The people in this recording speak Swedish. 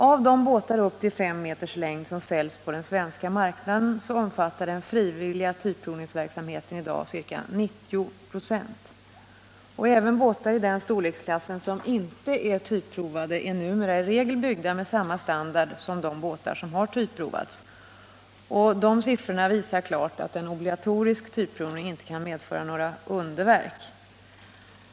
Av de båtar med upp till 5 m längd som säljs på den svenska marknaden omfattar den frivilliga typprovningsverksamheten i dag ca 90 96. Även båtar i den storleksklassen som inte är typprovade är numera i regel byggda med samma standard som de båtar som har typprovats. Siffrorna visar klart att en obligatorisk typprovning inte kan medföra några underverk.